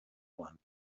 one